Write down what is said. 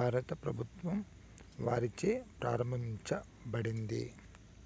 భారత ప్రభుత్వం వారిచే ప్రారంభించబడింది